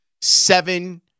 seven